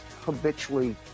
habitually